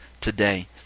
today